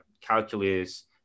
calculus